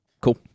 cool